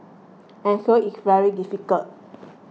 and so it's very difficult